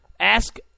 ask